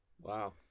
Wow